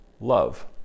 love